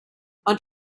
i’ll